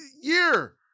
year